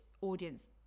audience